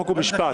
חוק ומשפט.